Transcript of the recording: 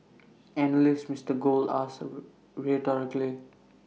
analyst Mister gold asked A road rhetorically